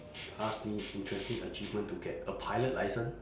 if you ask me interesting achievement to get a pilot licence